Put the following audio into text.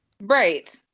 Right